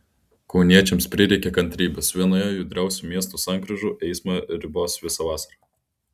kauniečiams prireiks kantrybės vienoje judriausių miesto sankryžų eismą ribos visą vasarą